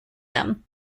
him